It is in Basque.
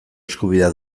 eskubidea